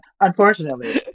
unfortunately